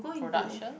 production